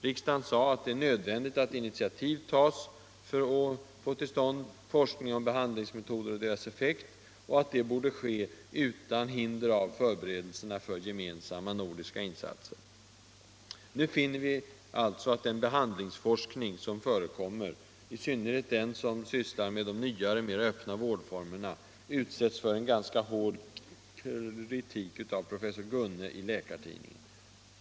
Riksdagen ansåg det nödvändigt att initiativ tas till forskning om behandlingsmetoder och deras effekter, och att det borde ske utan hinder av förberedelserna för gemensamma nordiska insatser. Nu finner vi alltså att den behandlingsforskning som bedrivs — i synnerhet den som sysslar med de nyare, mer öppna vårdformerna — utsätts för en ganska hård kritik av professor Gunne i Läkartidningen.